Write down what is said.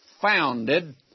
founded